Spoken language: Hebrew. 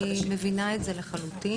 כן, אני מבינה את זה לחלוטין.